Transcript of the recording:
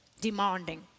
demanding